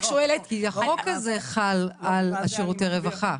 החוק הזה חל על שירותי רווחה.